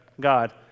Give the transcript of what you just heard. God